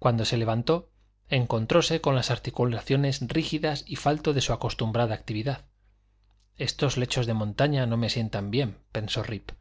cuando se levantó encontróse con las articulaciones rígidas y falto de su acostumbrada actividad estos lechos de montaña no me sientan bien pensó rip